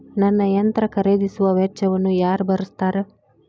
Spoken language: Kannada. ನನ್ನ ಯಂತ್ರ ಖರೇದಿಸುವ ವೆಚ್ಚವನ್ನು ಯಾರ ಭರ್ಸತಾರ್?